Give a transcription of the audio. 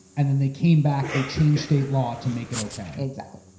and then they came back, they changed state law to make it okay? exactly.